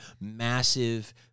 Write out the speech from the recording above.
massive